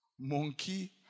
Monkey